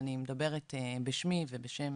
אני מדברת בשמי ובשם